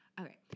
Okay